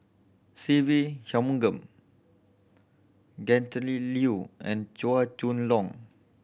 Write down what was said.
Se Ve Shanmugam Gretchen Liu and Chua Chong Long